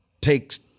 Takes